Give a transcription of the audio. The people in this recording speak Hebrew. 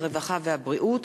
הרווחה והבריאות,